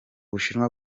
bushinwa